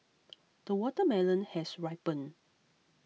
the watermelon has ripened